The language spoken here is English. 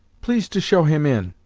please to show him in